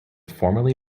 formerly